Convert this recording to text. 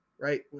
right